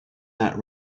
that